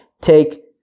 take